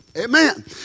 Amen